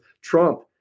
Trump